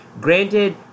Granted